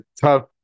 tough